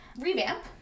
revamp